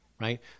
right